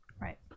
Right